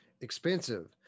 expensive